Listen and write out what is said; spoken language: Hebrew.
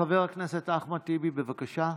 חבר הכנסת אחמד טיבי, בבקשה.